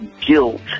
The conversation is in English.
guilt